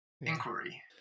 inquiry